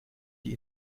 die